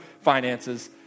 finances